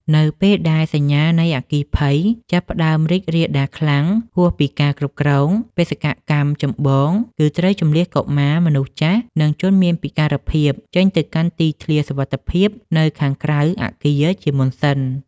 នៅពេលដែលសញ្ញានៃអគ្គីភ័យចាប់ផ្ដើមរីករាលដាលខ្លាំងហួសពីការគ្រប់គ្រង បេសកកម្មចម្បងគឺត្រូវជម្លៀសកុមារ មនុស្សចាស់ និងជនមានពិការភាព ចេញទៅកាន់ទីធ្លាសុវត្ថិភាពនៅខាងក្រៅអគារជាមុនសិន។